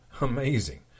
Amazing